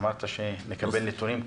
אמרת שנקבל נתונים.